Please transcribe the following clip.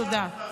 תודה.